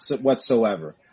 whatsoever